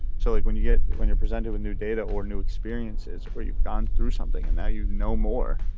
so like when you get, when you're presented with new data or new experiences where you've gone through something and now you know more